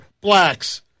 blacks